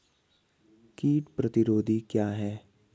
कीट प्रतिरोधी क्या है?